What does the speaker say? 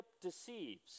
deceives